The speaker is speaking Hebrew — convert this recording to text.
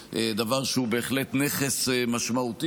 דבר שהוא בהחלט נכס משמעותי,